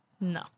No